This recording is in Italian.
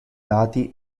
dati